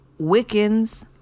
Wiccans